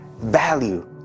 value